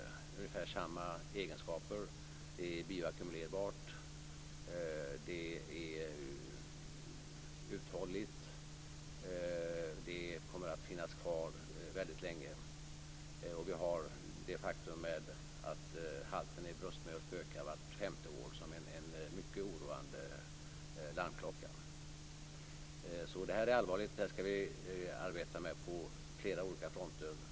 Det har ungefär samma egenskaper, det är bioackumulerbart, det är uthålligt och kommer att finnas kvar väldigt länge. Vi har det faktum att halten ökar i bröstmjölken vart femte år som en mycket oroande alarmklocka. Det här är allvarligt, och det här skall vi arbeta med på flera olika fronter.